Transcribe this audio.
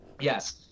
Yes